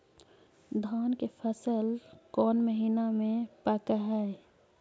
धान के फसल कौन महिना मे पक हैं?